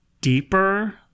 deeper